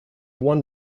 one